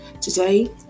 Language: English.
today